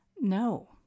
No